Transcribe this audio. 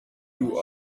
you